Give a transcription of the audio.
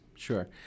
Sure